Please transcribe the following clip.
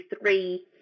three